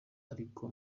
ariko